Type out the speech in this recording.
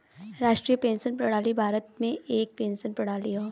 राष्ट्रीय पेंशन प्रणाली भारत में एक पेंशन प्रणाली हौ